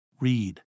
Read